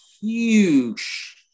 huge